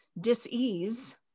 dis-ease